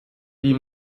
die